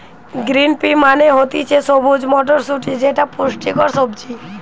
green pea মানে হতিছে সবুজ মটরশুটি যেটা পুষ্টিকর সবজি